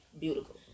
beautiful